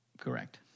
Correct